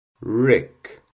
Rick